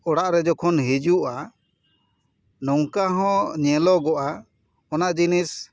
ᱚᱲᱟᱜ ᱨᱮ ᱡᱚᱠᱷᱚᱱ ᱦᱤᱡᱩᱜᱼᱟ ᱱᱚᱝᱠᱟ ᱦᱚᱸ ᱧᱮᱞᱚᱜᱚᱜᱼᱟ ᱚᱱᱟ ᱡᱤᱱᱤᱥ